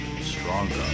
stronger